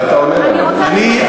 אני,